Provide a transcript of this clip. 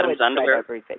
underwear